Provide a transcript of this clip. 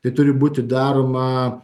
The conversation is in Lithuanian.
tai turi būti daroma